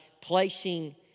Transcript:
placing